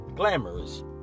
Glamorous